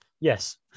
Yes